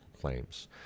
claims